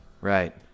Right